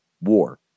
war